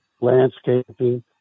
landscaping